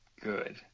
good